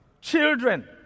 children